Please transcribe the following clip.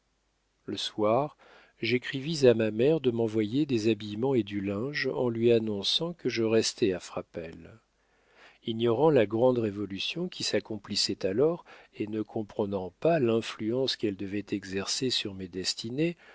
le soir j'écrivis à ma mère de m'envoyer des habillements et du linge en lui annonçant que je restais à frapesle ignorant la grande révolution qui s'accomplissait alors et ne comprenant pas l'influence qu'elle devait exercer sur mes destinées